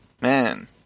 Man